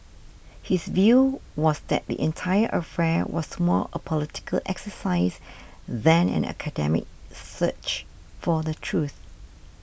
his view was that the entire affair was more a political exercise than an academic search for the truth